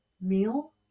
meal